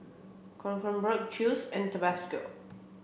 Kronenbourg Chew's and Tabasco